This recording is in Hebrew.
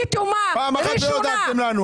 פעם אחת ולא דאגתם לנו.